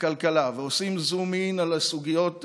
הכלכלה ועושים זום אין על סוגיות בחינוך,